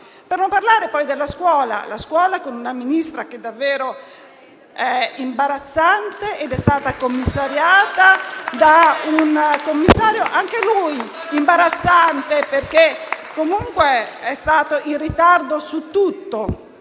Per non parlare poi della scuola, con un Ministro davvero imbarazzante che è stato commissariato da un Commissario anche lui imbarazzante, perché, comunque, è stato in ritardo su tutto.